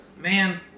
Man